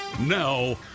Now